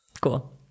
Cool